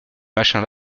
machin